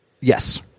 Yes